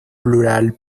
plural